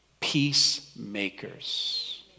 peacemakers